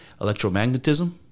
electromagnetism